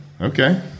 Okay